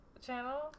channel